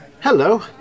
Hello